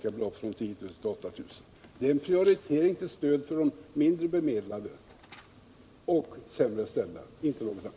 och lånebeloppet från 10000 till 8000 kr. Det är en prioritering till stöd för de mindre bemediade och sämre ställda, inte något annat.